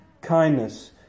kindness